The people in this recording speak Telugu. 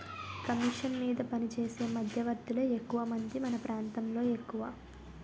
కమీషన్ మీద పనిచేసే మధ్యవర్తులే ఎక్కువమంది మన ప్రాంతంలో ఎక్కువ